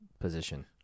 position